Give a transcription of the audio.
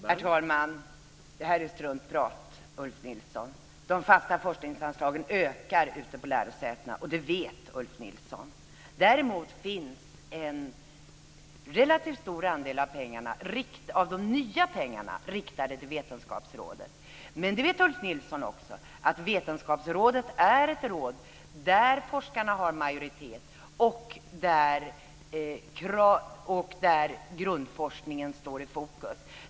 Herr talman! Det här är struntprat, Ulf Nilsson. De fasta forskningsanslagen ökar ute på lärosätena, och det vet Ulf Nilsson. Däremot är en relativt stor andel av de nya pengarna riktade till Vetenskapsrådet. Men Ulf Nilsson vet också att Vetenskapsrådet är ett råd där forskarna har majoritet och där grundforskningen står i fokus.